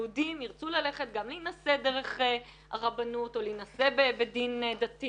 יהודים ירצו ללכת גם להינשא דרך הרבנות או להינשא בדין דתי.